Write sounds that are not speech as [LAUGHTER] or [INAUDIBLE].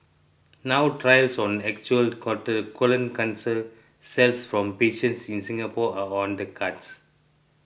now trials on actual [UNINTELLIGIBLE] colon cancer cells from patients in Singapore are on the cards